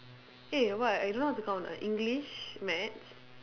eh what I don't know how to count ah English maths